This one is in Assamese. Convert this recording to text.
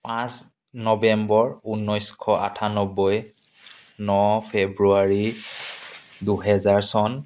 পাঁচ নৱেম্বৰ ঊনৈছশ আঠান্নব্বৈ ন ফেব্ৰুৱাৰী দুহেজাৰ চন